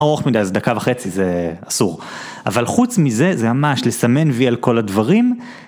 ארוך מדי, אז דקה וחצי זה אסור, אבל חוץ מזה זה ממש לסמן וי על כל הדברים.